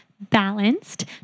balanced